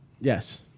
yes